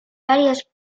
varios